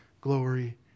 glory